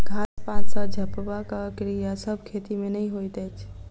घास पात सॅ झपबाक क्रिया सभ खेती मे नै होइत अछि